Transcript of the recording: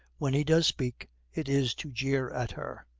when he does speak, it is to jeer at her.